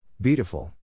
Beautiful